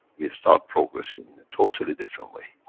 we start progressing in a totally different way.